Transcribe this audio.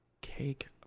Cake